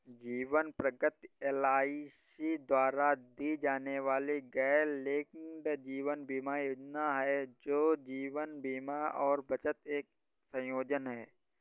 जीवन प्रगति एल.आई.सी द्वारा दी जाने वाली गैरलिंक्ड जीवन बीमा योजना है, जो जीवन बीमा और बचत का एक संयोजन है